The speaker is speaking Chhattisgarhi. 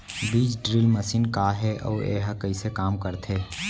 बीज ड्रिल मशीन का हे अऊ एहा कइसे काम करथे?